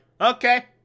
okay